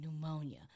pneumonia